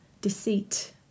Deceit